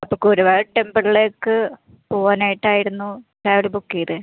അപ്പോൾ ഗുരുവായൂർ ടെമ്പിൾളേക്ക് പോവാനായിട്ടായിരുന്നു ട്രാവലർ ബുക്ക് ചെയ്തേ